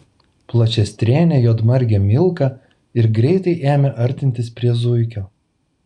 plačiastrėnė juodmargė milka ir greitai ėmė artintis prie zuikio